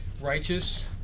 Righteous